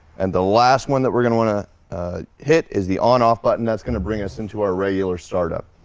and the last one that we're gonna want to hit is the on off button that's gonna bring us into our regular startup.